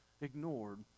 ignored